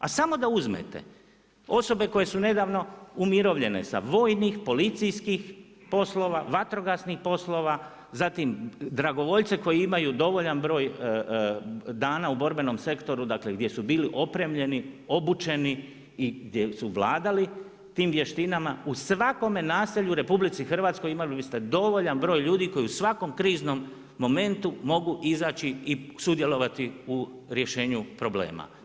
A samo da uzmete osobe koje su nedavno umirovljene, sa vojnih, policijskih poslova, vatrogasnih poslova, zatim dragovoljce koji imaju dovoljan broj dana u borbenom sektoru, dakle gdje su bili opremljeni, obučen i gdje su vladali tim vještinama, u svakome naselju u RH imali biste dovoljan broj ljudi koji u svakom kriznom momentu mogu izaći i sudjelovati u rješenju problema.